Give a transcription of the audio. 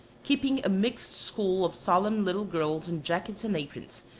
keeping a mixed school of solemn little girls in jackets and aprons,